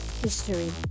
history